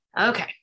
okay